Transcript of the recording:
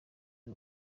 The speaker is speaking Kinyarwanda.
y’u